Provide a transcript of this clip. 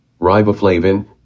riboflavin